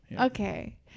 okay